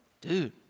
dude